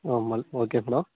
normal okay madam